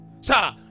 sir